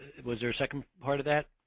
was there a second part of that?